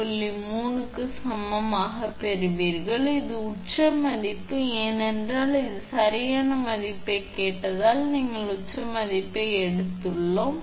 3 kV க்கு சமமாக பெறுவீர்கள் இது உச்ச மதிப்பு ஏனென்றால் இது சரியான மதிப்பைக் கேட்டதால் நாங்கள் உச்ச மதிப்பை எடுத்துள்ளோம்